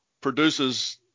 produces